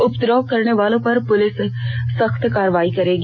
उपद्रव करने वालों पर पुलिस शख्त कार्रवाई करेगी